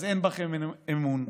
אז אין בכם אמון.